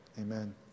amen